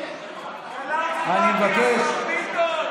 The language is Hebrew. השר ביטון.